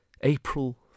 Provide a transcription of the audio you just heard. April